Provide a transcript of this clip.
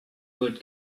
would